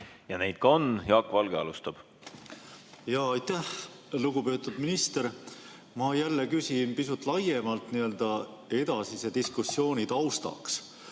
Ja neid ka on. Jaak Valge alustab. Aeg! Aeg! Jaa, aitäh! Lugupeetud minister! Ma jälle küsin pisut laiemalt, n‑ö edasise diskussiooni taustaks.